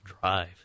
drive